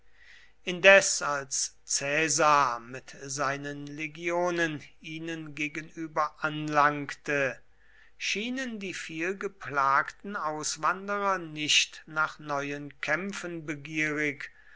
indes als caesar mit seinen legionen ihnen gegenüber anlangte schienen die vielgeplagten auswanderer nicht nach neuen kämpfen begierig